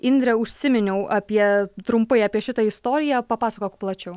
indre užsiminiau apie trumpai apie šitą istoriją papasakok plačiau